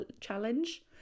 challenge